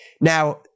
Now